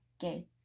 gay